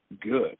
good